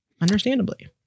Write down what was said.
understandably